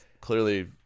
Clearly